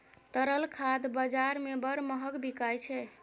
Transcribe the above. तरल खाद बजार मे बड़ महग बिकाय छै